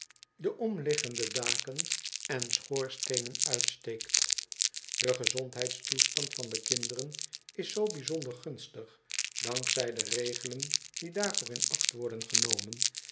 de blinkende liggende daken en schoorsteenen uitsteekt de gezondheidstoestand van de kinderen is zoo bijzonder gunstig dank zij de regelen die daarvoor in acht worden genomen